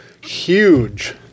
huge